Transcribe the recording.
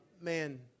man